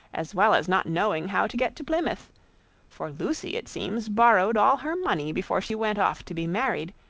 as well as not knowing how to get to plymouth for lucy it seems borrowed all her money before she went off to be married,